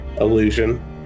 illusion